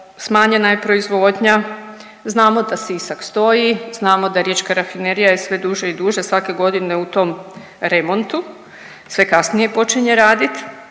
smanjena je proizvodnja, znamo da Sisak stoji, znamo da Riječka rafinerija je sve duže i duže svake godine u tom remontu, sve kasnije počinje radit.